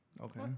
Okay